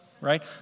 right